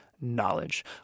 knowledge